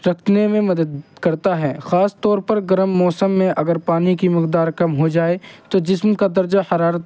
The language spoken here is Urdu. رکھنے میں مدد کرتا ہے خاص طور پر گرم موسم میں اگر پانی کی مقدار کم ہو جائے تو جسم کا درجہ حرارت